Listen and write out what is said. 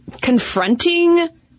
confronting